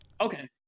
okay